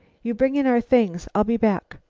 you bring in our things i'll be back.